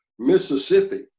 Mississippi